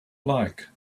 like